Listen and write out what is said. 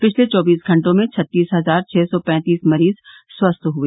पिछले चौबीस घंटों में छत्तीस हजार छ सौ पैंतीस मरीज स्वस्थ हुए